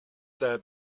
that